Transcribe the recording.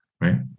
right